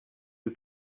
you